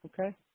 Okay